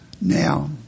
now